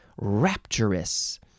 rapturous